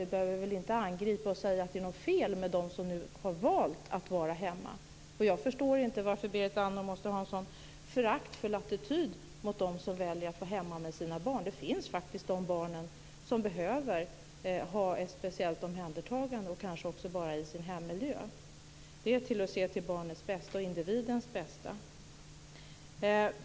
Vi behöver väl inte angripa dem som nu har valt att vara hemma och säga att det är fel. Jag förstår inte varför Berit Andnor måste ha en så föraktfull attityd mot dem som väljer att vara hemma med sina barn. Det finns faktiskt barn som behöver ha ett speciellt omhändertagande och kanske också vara i sin hemmiljö. Det är att se till barnens och till individens bästa.